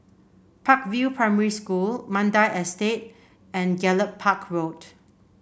Park View Primary School Mandai Estate and Gallop Park Road